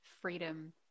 freedom